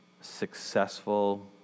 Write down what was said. successful